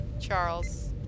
Charles